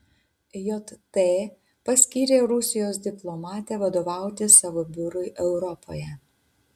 jt paskyrė rusijos diplomatę vadovauti savo biurui europoje